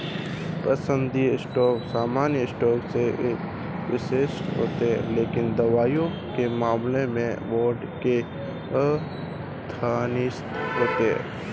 पसंदीदा स्टॉक सामान्य स्टॉक से वरिष्ठ होते हैं लेकिन दावों के मामले में बॉन्ड के अधीनस्थ होते हैं